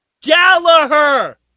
Gallagher